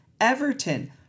Everton